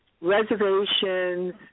reservations